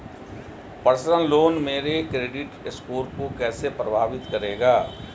Personal loan मेरे credit score को कैसे प्रभावित करेगा?